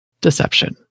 Deception